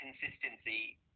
consistency